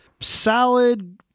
salad